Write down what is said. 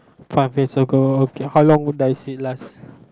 five years ago okay how long does it last